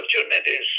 opportunities